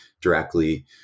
directly